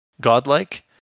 godlike